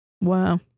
Wow